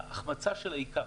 החמצה של העיקר.